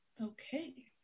Okay